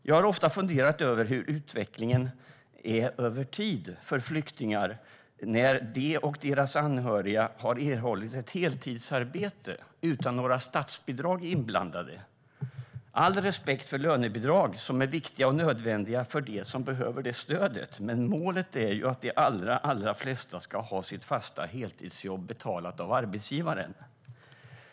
Jag har ofta funderat över hur utvecklingen är över tid för flyktingar, när de och deras anhöriga har erhållit ett heltidsarbete utan några statsbidrag inblandade. Med all respekt för lönebidrag, som är viktiga och nödvändiga för dem som behöver det stödet, är målet ändå att de allra flesta ska ha sitt fasta heltidsjobb betalat av arbetsgivaren.